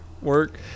work